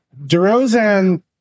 DeRozan